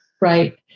Right